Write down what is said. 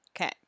Okay